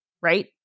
right